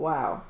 Wow